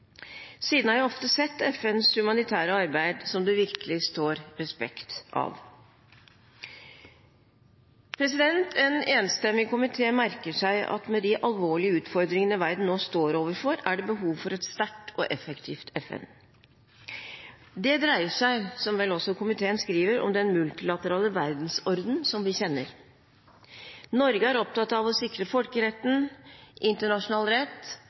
Siden har jeg ofte sett FNs humanitære arbeid som noe det virkelig står respekt av. En enstemmig komité merker seg at med de alvorlige utfordringene verden nå står overfor, er det behov for et sterkt og effektivt FN. Det dreier seg, som også komiteen skriver, om den multilaterale verdensorden som vi kjenner. Norge er opptatt av å sikre folkeretten, internasjonal rett